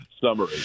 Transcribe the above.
summary